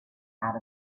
out